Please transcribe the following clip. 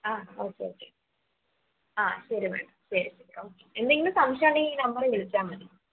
ആ okay okay ആ ശരി മാഡം ശരി ഓക്കെ എന്തെങ്കിലും സംശയം ഉണ്ടെങ്കിൽ ഈ നമ്പറിൽ വിളിച്ചാൽ മതി